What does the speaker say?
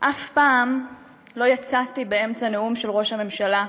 אף פעם לא יצאתי באמצע נאום של ראש הממשלה.